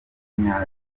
y’imyaka